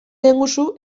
lehengusu